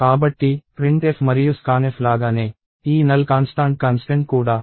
కాబట్టి printf మరియు scanf లాగానే ఈ నల్ కాన్స్టాంట్కాన్స్టెంట్ కూడా stdio